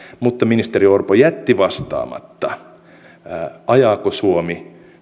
mutta ministeri orpo jätti vastaamatta ajaako suomi